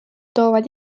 toovad